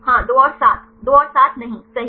हाँ 2 और 7 2 और 7 नहीं सही